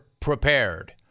Prepared